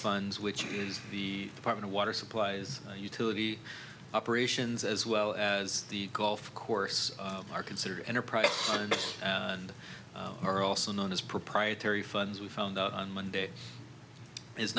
funds which is the department of water supplies utility operations as well as the golf course are considered enterprise and are also known as proprietary funds we found out on monday is